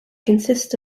consists